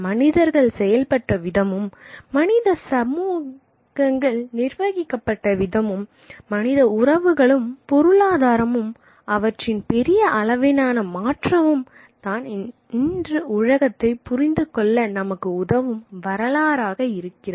மனிதர்கள் செயல்பட்ட விதமும் மனித சமூகங்கள் நிர்வகிக்கப்பட்ட விதமும் மனித உறவுகளும் பொருளாதாரமும் அவற்றின் பெரிய அளவிலான மாற்றமும் தான் இன்று உலகத்தை புரிந்து கொள்ள நமக்கு உதவும் வரலாறாக இருக்கிறது